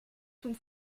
vom